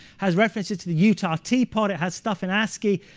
has references to the utah teapot. it has stuff in ascii.